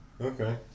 Okay